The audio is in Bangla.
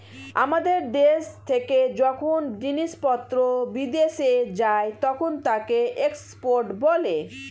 আমাদের দেশ থেকে যখন জিনিসপত্র বিদেশে যায় তখন তাকে এক্সপোর্ট বলে